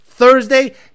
thursday